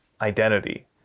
identity